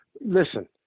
Listen